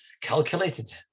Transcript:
calculated